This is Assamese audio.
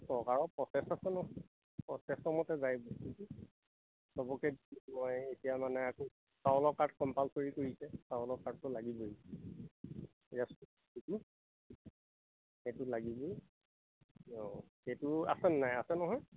চৰকাৰৰ প্ৰচেছ আছে নহয় প্ৰচেছৰ মতে যায় চবকে মই এতিয়া মানে আকৌ চাউলৰ কাৰ্ড কম্পালছৰী কৰিছে চাউলৰ কাৰ্ডটো লাগিবই সেইটো লাগিবই অঁ সেইটো আছে নাই আছে নহয়